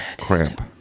cramp